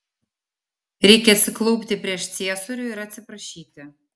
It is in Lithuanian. reikia atsiklaupti prieš ciesorių ir atsiprašyti